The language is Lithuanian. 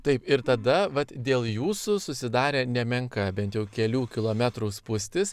taip ir tada vat dėl jūsų susidarė nemenka bent jau kelių kilometrų spūstis